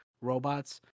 robots